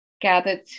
gathered